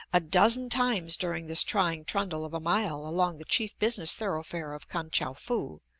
a dozen times during this trying trundle of a mile along the chief business thoroughfare of kan-tchou-foo,